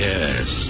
Yes